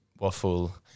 waffle